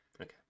okay